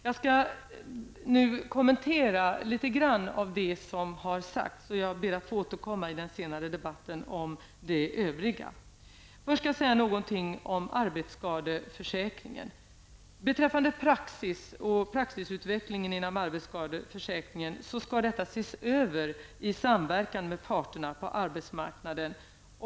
Jag skall nu kommentera litet av det som har sagts. Jag skall be att få återkomma om det övriga i den senare debatten. Först skall jag säga någonting om arbetsskadeförsäkringen. Utvecklingen av praxis inom arbetsskadeförsäkringen skall ses över i samverkan med parterna på arbetsmarknaden.